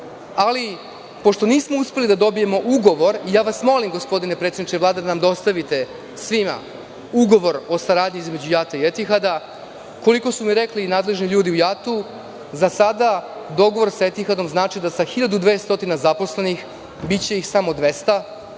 ali pošto nismo uspeli da dobijemo ugovor, ja vas molim gospodine predsedniče Vlade da nam dostavite svima ugovor o saradnji između JAT i Etihada. Koliko su mi rekli nadležni ljudi u JAT, za sada, dogovor sa Etihadom znači da sa 1200 zaposlenih, biće ih samo 200.